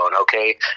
okay